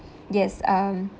yes um